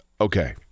Okay